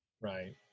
Right